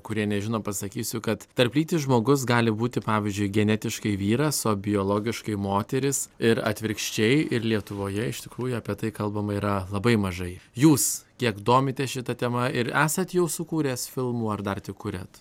kurie nežino pasakysiu kad tarplytis žmogus gali būti pavyzdžiui genetiškai vyras o biologiškai moteris ir atvirkščiai ir lietuvoje iš tikrųjų apie tai kalbama yra labai mažai jūs kiek domitės šita tema ir esat jau sukūręs filmų ar dar tik kuriat